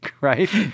right